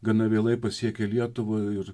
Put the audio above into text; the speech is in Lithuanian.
gana vėlai pasiekė lietuvą ir